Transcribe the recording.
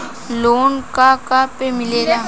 Loan का का पे मिलेला?